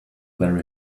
there